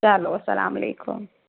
چلو اسلام علیکُم